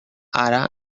ara